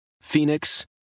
Phoenix